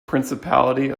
principality